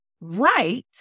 right